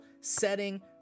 setting